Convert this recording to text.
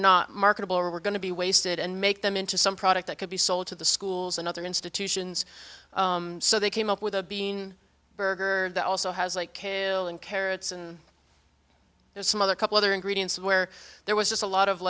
not marketable or were going to be wasted and make them into some product that could be sold to the schools and other institutions so they came up with a bean burger that also has like kale and carrots and there's some other couple other ingredients where there was a lot of